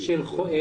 של רופאים.